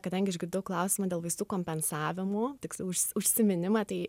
kadangi išgirdau klausimą dėl vaistų kompensavimų tiksliau užs užsiminimą tai